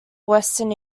western